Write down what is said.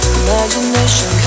imagination